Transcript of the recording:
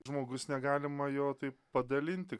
žmogus negalima jo taip padalinti